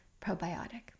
probiotic